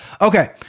Okay